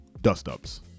dust-ups